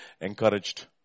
encouraged